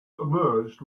emerged